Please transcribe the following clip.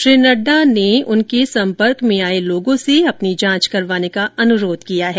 श्री नड्डा उनके सम्पर्क में आए लोगों से अपनी जांच करवाने का अनुरोध किया है